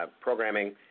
Programming